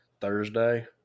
Thursday